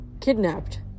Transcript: Kidnapped